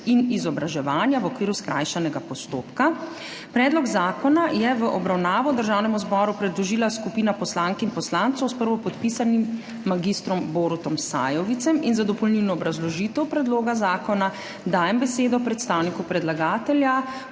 IN IZOBRAŽEVANJA V OKVIRU SKRAJŠANEGA POSTOPKA. Predlog zakona je v obravnavo Državnemu zboru predložila skupina poslank in poslancev s prvopodpisanim mag. Borutom Sajovicem in za dopolnilno obrazložitev predloga zakona dajem besedo predstavniku predlagatelja,